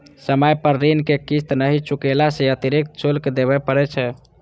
समय पर ऋण के किस्त नहि चुकेला सं अतिरिक्त शुल्क देबय पड़ै छै